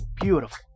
beautiful